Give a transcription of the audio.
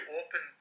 open